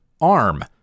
arm